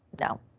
no